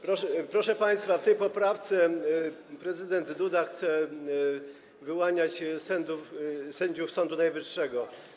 Proszę państwa, w tej poprawce prezydent Duda chce wyłaniać sędziów Sądu Najwyższego.